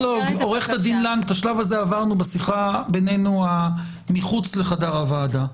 את השלב הזה עברנו בשיחה בינינו מחוץ לחדר הוועדה.